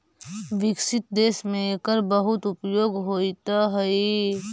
विकसित देश में एकर बहुत उपयोग होइत हई